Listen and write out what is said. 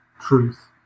truth